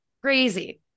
Crazy